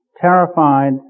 terrified